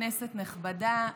כנסת נכבדה,